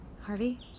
Harvey